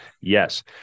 Yes